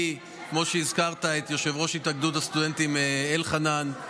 לי, הזכרת את יושב-ראש התאגדות הסטודנטים, אלחנן.